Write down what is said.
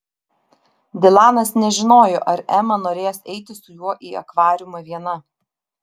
dilanas nežinojo ar ema norės eiti su juo į akvariumą viena